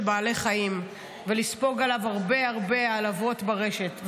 בעלי החיים ולספוג עליו הרבה הרבה העלבות ברשת,